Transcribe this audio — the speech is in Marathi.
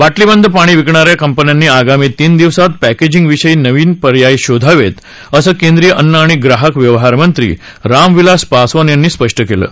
बाटलीबंद पाणी विकणाऱ्या कंपन्यांनी येत्या तीन दिवसात पॅकेर्जींगसाठी नवे पर्याय शोधावेत असं केंद्रीय अन्न आणि ग्राहक व्यवहार मंत्री राम विलास पासवान यांनी म्हटलं आहे